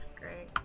Great